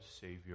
Savior